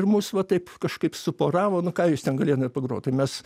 ir mus va taip kažkaip suporavo nu ką jūs ten galėtumėt pagrot tai mes